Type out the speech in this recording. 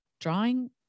drawing